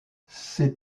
ces